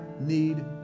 need